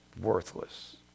worthless